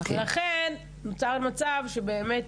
ולכן נוצר מצב שבאמת